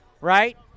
right